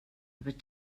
there